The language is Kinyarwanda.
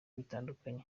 bitandukanye